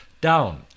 down